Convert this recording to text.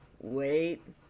wait